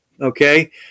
okay